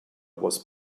was